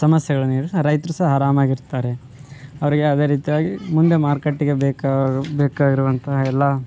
ಸಮಸ್ಯೆಗಳೆಲ್ಲ ರೈತರು ಸಹ ಆರಾಮಾಗಿರ್ತಾರೆ ಅವರಿಗೆ ಯಾವುದೇ ರೀತಿಯಾಗಿ ಮುಂದೆ ಮಾರುಕಟ್ಟೆಗೆ ಬೇಕಾ ಬೇಕಾಗಿರುವಂತಹ ಎಲ್ಲ